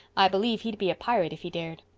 i believe he'd be a pirate if he dared.